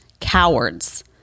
cowards